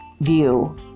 view